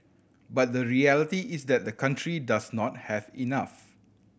but the reality is that the country does not have enough